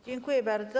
Dziękuję bardzo.